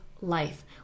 life